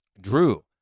Drew